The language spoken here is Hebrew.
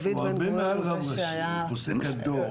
דוד בן גוריון שהיה פה מהקמת המדינה.